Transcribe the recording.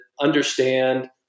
understand